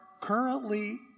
currently